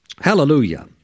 Hallelujah